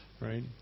Right